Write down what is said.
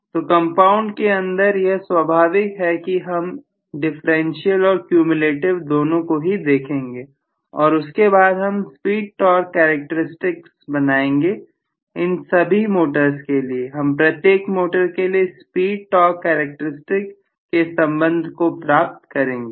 तो कंपाउंड के अंदर यह स्वाभाविक है कि हम डिफरेंशियल और क्यूम्यूलेटिव दोनों को ही देखेंगे और उसके बाद हम स्पीड टॉर्क करैक्टेरिस्टिक्स बनाएंगे इन सभी मोटर्स के लिए हम प्रत्येक मोटर के लिए स्पीड टॉर्क कैरेक्टरिस्टिक के संबंध को प्राप्त करेंगे